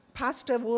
pastor